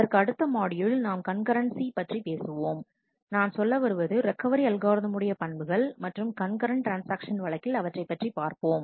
இதற்கு அடுத்த மாட்யூலில் நாம் கண்கரன்சி பற்றி பேசுவோம் நான் சொல்ல வருவது ரெக்கவரி அல்காரிதமுடைய பண்புகள் மற்றும் கண்கரண்ட் ட்ரான்ஸ்ஆக்ஷன் வழக்கில் அவற்றைப் பற்றி பார்ப்போம்